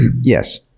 Yes